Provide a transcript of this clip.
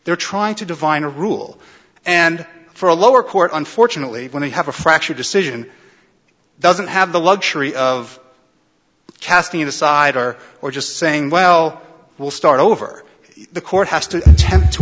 they're trying to divine a rule and for a lower court unfortunately when they have a fractured decision doesn't have the luxury of casting aside or or just saying well we'll start over the court has to attempt to